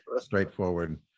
straightforward